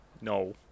No